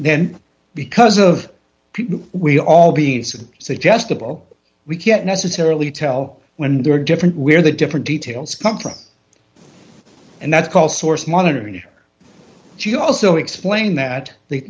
then because of people we all beings and suggestible we can't necessarily tell when they're different where the different details come from and that's called source monitoring or she also explained that the